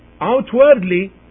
outwardly